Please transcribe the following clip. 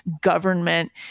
government